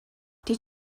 did